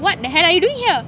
what the hell are you doing here